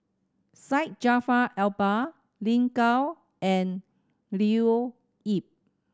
Syed Jaafar Albar Lin Gao and Leo Yip